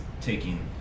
taking